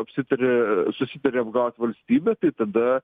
apsitarė susitarė apgauti valstybę tai tada